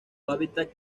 hábitat